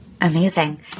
Amazing